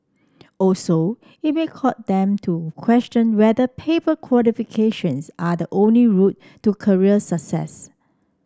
also it may them to question whether paper qualifications are the only route to career success